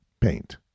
paint